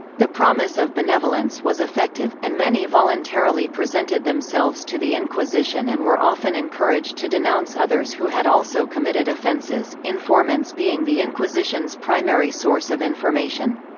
the promise of benevolence was effective, and many voluntarily presented themselves to the inquisition and were often encouraged to denounce others who had also committed offenses, informants being the inquisition's primary source of information.